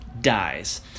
dies